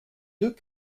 deux